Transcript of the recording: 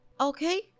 Okay